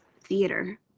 theater